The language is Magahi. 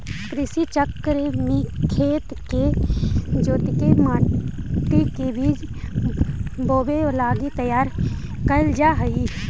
कृषि चक्र में खेत के जोतके मट्टी के बीज बोवे लगी तैयार कैल जा हइ